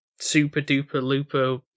super-duper-looper